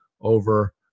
over